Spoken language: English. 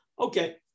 okay